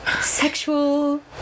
sexual